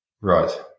Right